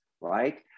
right